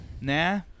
Nah